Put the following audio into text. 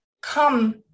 come